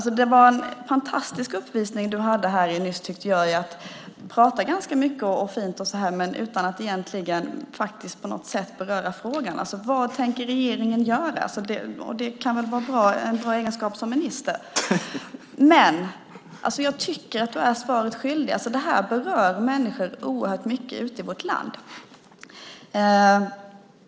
Det var en fantastisk uppvisning du gjorde nyss i att prata ganska mycket utan att egentligen på något sätt beröra frågan. Vad tänker regeringen göra? Det kan väl vara en bra egenskap som minister, men jag tycker att du är svaret skyldig. Det här berör människor oerhört mycket ute i vårt land.